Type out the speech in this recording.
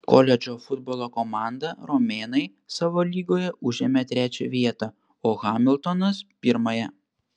koledžo futbolo komanda romėnai savo lygoje užėmė trečią vietą o hamiltonas pirmąją